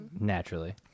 Naturally